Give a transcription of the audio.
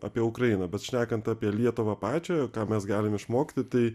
apie ukrainą bet šnekant apie lietuvą pačią ką mes galim išmokti tai